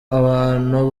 abantu